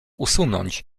usunąć